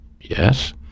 Yes